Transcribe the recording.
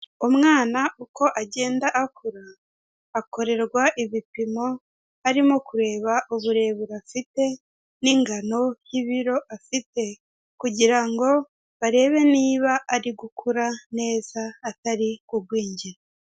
Umwana uko agenda akura akorerwa ibipimo, harimo kureba uburebure afite n'ingano y'ibiro afite kugira ngo barebe niba ari gukura neza atari kugwingira.